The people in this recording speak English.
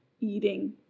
eating